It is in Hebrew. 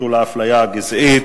לביטול האפליה הגזעית.